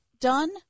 done